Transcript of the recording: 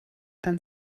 dann